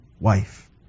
wife